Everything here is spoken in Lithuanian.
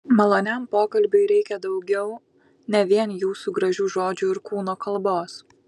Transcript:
maloniam pokalbiui reikia daugiau ne vien jūsų gražių žodžių ir kūno kalbos